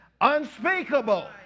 unspeakable